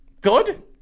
Good